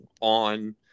on